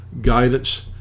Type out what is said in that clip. guidance